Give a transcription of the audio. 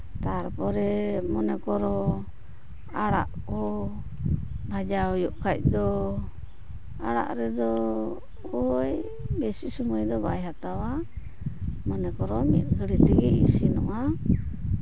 ᱛᱟᱨᱯᱚᱨᱮ ᱢᱚᱱᱮ ᱠᱚᱨᱚ ᱟᱲᱟᱜ ᱠᱚ ᱵᱷᱟᱹᱡᱤ ᱦᱩᱭᱩᱜ ᱠᱷᱟᱱ ᱫᱚ ᱟᱲᱟᱜ ᱨᱮᱫᱚ ᱳᱭ ᱵᱮᱥᱤ ᱥᱚᱢᱚᱭ ᱫᱚ ᱵᱟᱭ ᱦᱟᱛᱟᱣᱟ ᱢᱚᱱᱮ ᱠᱚᱨᱚ ᱢᱤᱫ ᱜᱷᱟᱹᱲᱤ ᱛᱮᱜᱮ ᱤᱥᱤᱱᱚᱜᱼᱟ